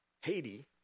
Haiti